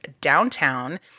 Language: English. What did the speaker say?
downtown